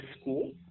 school